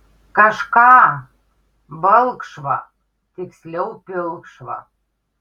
kažką balkšvą tiksliau pilkšvą